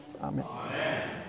Amen